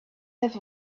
have